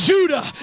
Judah